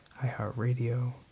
iHeartRadio